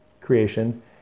creation